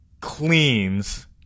cleans